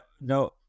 no